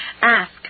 ask